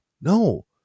No